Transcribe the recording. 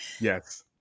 yes